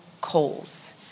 coals